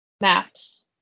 Maps